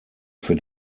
für